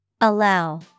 Allow